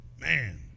Man